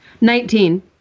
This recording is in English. Nineteen